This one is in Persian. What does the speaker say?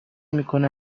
میکنه